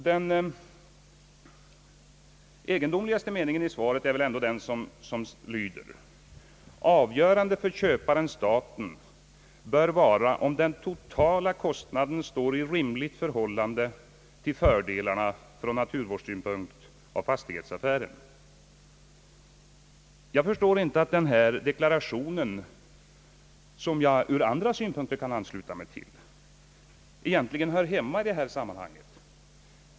Den egendomligaste meningen i svaret är väl ändå den som lyder: »Avgörande för köparen—staten bör vara om den totala kostnaden står i rimligt förhållande till fördelarna från naturvårdssynpunkt av fastighetsförvärvet.» Jag förstår inte att denna deklaration, som jag ur andra synpukter kan ansluta mig till, egentligen hör hemma i detta sammanhang.